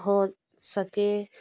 हो सके